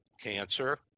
cancer